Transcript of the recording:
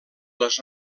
les